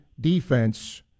defense